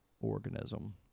organism